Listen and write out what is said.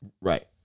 Right